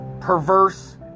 perverse